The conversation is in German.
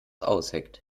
ausheckt